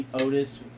Otis